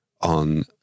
on